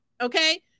okay